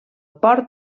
port